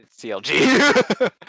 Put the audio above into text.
CLG